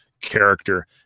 character